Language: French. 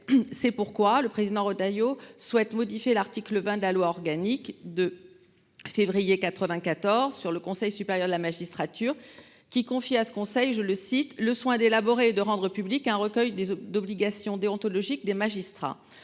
C'est pourquoi le président Retailleau souhaite modifier l'article 20 de la loi organique de. Février 94 sur le Conseil supérieur de la magistrature qui confie à ce conseil, je le cite le soin d'élaborer et de rendre public un recueil des d'obligations déontologiques des magistrats.